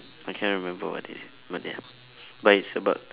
I cannot remember what is it but ya but it's about